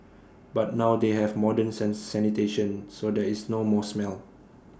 but now they have modern sin sanitation so there is no more smell